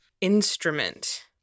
instrument